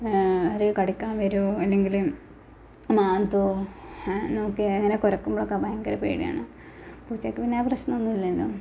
രൂ കടിക്കാന് വരുമോ അല്ലെങ്കില് മാന്തുമോ നോക്കുക അങ്ങനെ കുറയ്ക്കുമ്പോളൊക്കെ ഭയങ്കര പേടിയാണ് പൂച്ചക്ക് പിന്നെ ആ പ്രശ്നമൊന്നുവില്ലല്ലോ